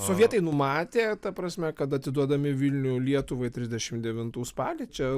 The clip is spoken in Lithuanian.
sovietai numatė ta prasme kad atiduodami vilnių lietuvai trisdešimtų spalį čia